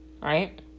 Right